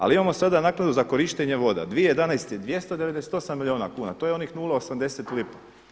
Ali imamo sada naknadu za korištenje voda 2011. 298 milijuna kuna, to je onih 0,80 lipa.